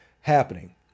happening